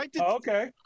okay